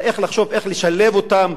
אלא לחשוב איך לשלב אותם,